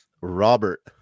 Robert